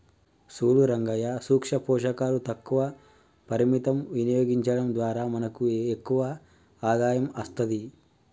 సూడు రంగయ్యా సూక్ష పోషకాలు తక్కువ పరిమితం వినియోగించడం ద్వారా మనకు ఎక్కువ ఆదాయం అస్తది